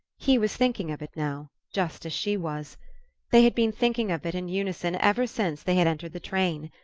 he was thinking of it now, just as she was they had been thinking of it in unison ever since they had entered the train.